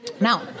Now